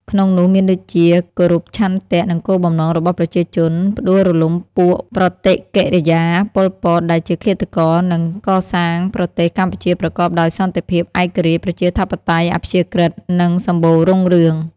ក្នុងនោះមានដូចជា ការគោរពឆន្ទៈ និងគោលបំណងរបស់ប្រជាជន ផ្តួលរំលំពួកប្រតិកិរិយា ប៉ុល ពត ដែលជាឃាតករ និងកសាងលប្រទេសកម្ពុជាប្រកបដោយ សន្តិភាព ឯករាជ្យ ប្រជាធិបតេយ្យ អព្យាក្រឹត និង សម្បូររុងរឿង ។